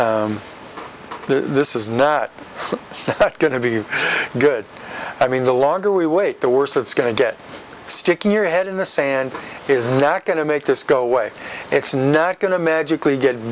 on this is not going to be good i mean the longer we wait the worse it's going to get sticking your head in the sand is not going to make this go away it's not going to magically get